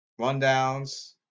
rundowns